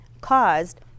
caused